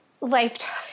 Lifetime